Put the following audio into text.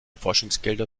forschungsgelder